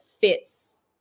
fits